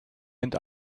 and